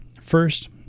First